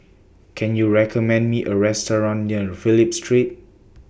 Can YOU recommend Me A Restaurant near Phillip Street